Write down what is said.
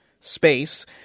space